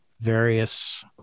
various